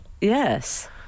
Yes